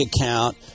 account